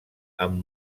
amb